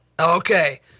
Okay